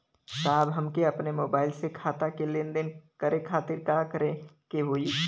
साहब हमके अपने मोबाइल से खाता के लेनदेन करे खातिर का करे के होई?